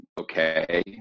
okay